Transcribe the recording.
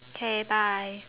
okay bye